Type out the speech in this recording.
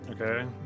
Okay